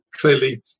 clearly